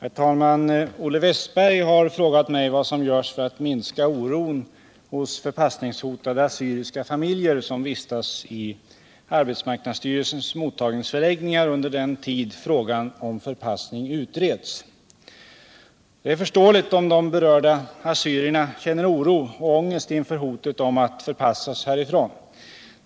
Herr talman! Olle Wästberg i Stockholm har frågat mig vad som görs för att minska oron hos förpassningshotade assyriska familjer som vistas i arbetsmarknadsstyrelsens mottagningsförläggningar under den tid frågan om förpassning utreds. Det är förståeligt om de berörda assyrierna känner oro och ångest inför hotet om att förpassas härifrån.